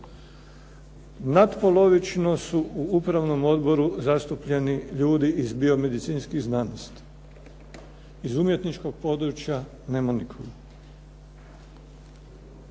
Natpolovično su u upravnom odboru zastupljeni ljudi iz biomedicinskih znanosti, iz umjetničkog područja nema nikog.